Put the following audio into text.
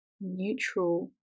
neutral